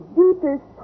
deepest